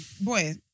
Boy